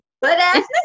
butt-ass